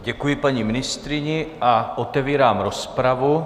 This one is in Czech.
Děkuji paní ministryni a otevírám rozpravu.